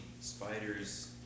spiders